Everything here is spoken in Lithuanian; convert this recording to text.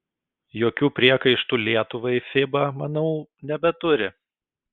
jokių priekaištų lietuvai fiba manau nebeturi